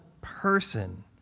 person